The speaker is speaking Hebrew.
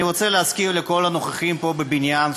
אני רוצה להזכיר לכל הנוכחים פה בבניין,